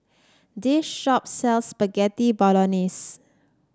this shop sells Spaghetti Bolognese